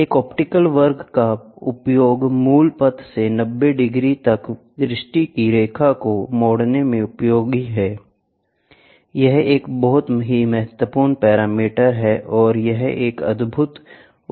एक ऑप्टिकल वर्ग का उपयोग मूल पथ से 90 डिग्री तक दृष्टि की रेखा को मोड़ने में उपयोगी है यह एक बहुत ही महत्वपूर्ण पैरामीटर है और यह एक अद्भुत उपकरण है